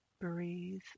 breathe